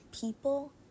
people